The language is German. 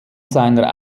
seiner